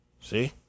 See